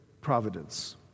providence